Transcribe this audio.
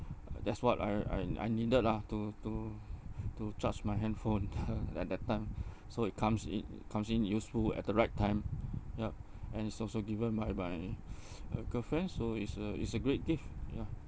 that's what I I I needed lah to to to charge my handphone at that time so it comes it comes in useful at the right time yup and it's also given by my uh girlfriend so it's a it's a great gift ya